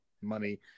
money